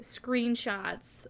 screenshots